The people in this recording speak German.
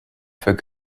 für